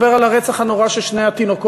אני מדבר על הרצח הנורא של שני התינוקות.